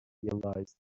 realized